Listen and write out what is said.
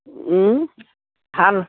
ভাল